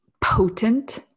potent